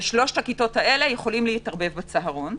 והם יכולים להתערבב בצהרון,